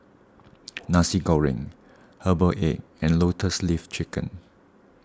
Nasi Goreng Herbal Egg and Lotus Leaf Chicken